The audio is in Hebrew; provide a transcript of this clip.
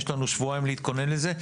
יש לנו שבועיים להתכונן לזה.